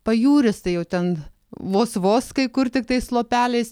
pajūris tai jau ten vos vos kai kur tiktais lopeliais